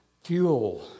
fuel